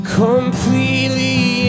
completely